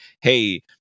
hey